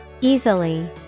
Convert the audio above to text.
Easily